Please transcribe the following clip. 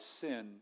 sin